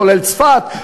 כולל צפת,